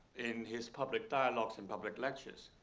in his public dialogues in public lectures.